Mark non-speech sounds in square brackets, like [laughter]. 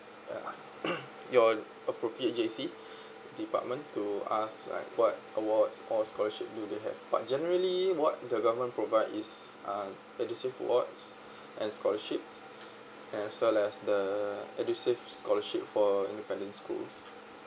ya [coughs] your appropriate JC department to ask like what awards or scholarship do they have but generally what the government provide is uh edusave award and scholarships as well as the edusave scholarship for independent schools